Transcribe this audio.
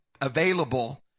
available